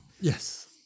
Yes